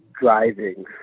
driving